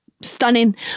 stunning